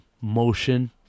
motion